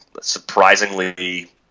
surprisingly